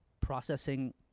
processing